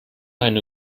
eine